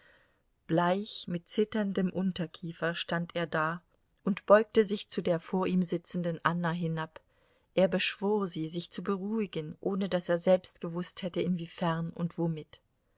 bleich mit zitterndem unterkiefer stand er da und beugte sich zu der vor ihm sitzenden anna hinab er beschwor sie sich zu beruhigen ohne daß er selbst gewußt hätte inwiefern und womit